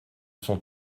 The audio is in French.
s’en